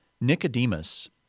Nicodemus